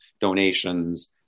donations